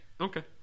Okay